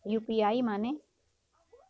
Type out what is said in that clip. UPI माने?